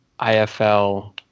IFL